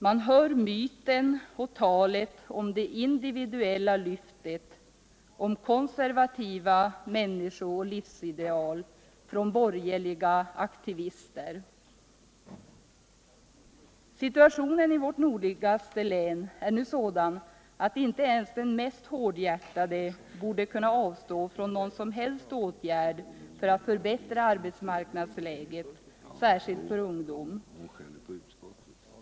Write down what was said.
Man hör myten och talet om det individuella ”lyftet” ,om konservativa människooch livsideal från borgerliga aktivister. Situationen i vårt nordligaste län är nu sådan att inte ens den mest hårdhjärtade borde kunna avstå från någon som helst åtgärd för att förbättra arbetsmarknadsläget, särskilt för ungdom.